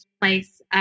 place